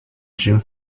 dream